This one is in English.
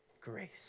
grace